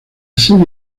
serie